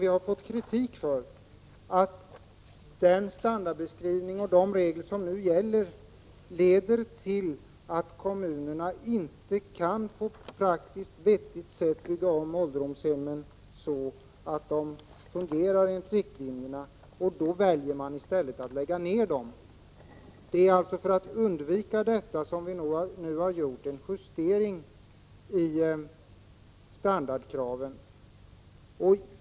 Vi har fått kritik för att den standardbeskrivning och de regler som nu gäller leder till att kommunerna inte kan bygga om ålderdomshemmen på ett praktiskt vettigt sätt så att de kan fungera enligt riktlinjerna. Man väljer då i stället att lägga ner dem. För att undvika detta har vi nu gjort en justering i standardkraven.